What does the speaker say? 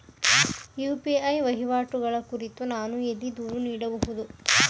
UPI ವಹಿವಾಟುಗಳ ಕುರಿತು ನಾನು ಎಲ್ಲಿ ದೂರು ನೀಡಬಹುದು?